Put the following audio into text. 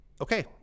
okay